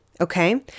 Okay